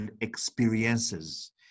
experiences